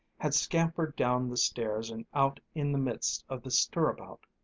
had scampered down the stairs and out in the midst of the stir-about.